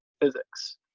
physics